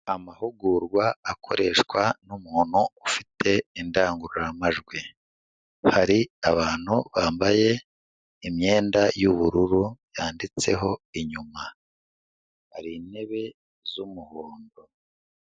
Amahugurwa akoreshwa n'umuntu ufite indangururamajwi, hari abantu bambaye imyenda y'ubururu yanditseho inyuma, hari intebe z'umuhondo.